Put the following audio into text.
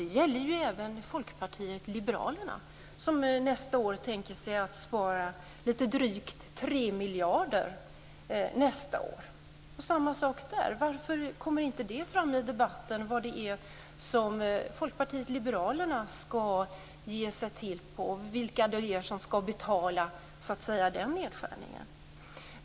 Det gäller även Folkpartiet liberalerna, som nästa år tänker sig att spara lite drygt tre miljarder kronor. Det är samma sak där: Varför kommer det inte fram i debatten vad det är som Folkpartiet liberalerna ska ge sig på? Vilka är det som ska betala den nedskärningen?